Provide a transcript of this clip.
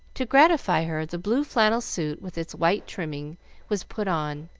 to gratify her, the blue flannel suit with its white trimming was put on,